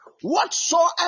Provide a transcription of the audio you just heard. Whatsoever